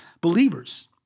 believers